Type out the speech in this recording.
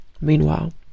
Meanwhile